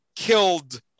killed